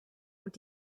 und